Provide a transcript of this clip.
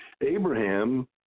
Abraham